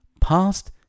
past